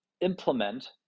implement